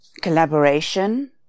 collaboration